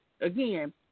again